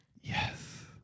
Yes